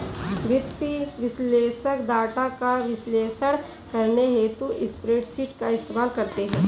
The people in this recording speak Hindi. वित्तीय विश्लेषक डाटा का विश्लेषण करने हेतु स्प्रेडशीट का इस्तेमाल करते हैं